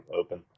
Open